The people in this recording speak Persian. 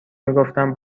میگفتم